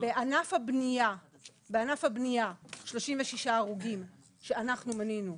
בענף הבנייה 36 הרוגים שאנחנו מנינו,